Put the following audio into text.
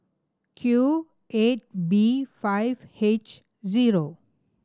Q eight B five H zero